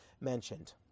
mentioned